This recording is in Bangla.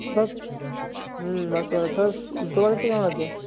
হুম তোর বাড়ির কেমন আছে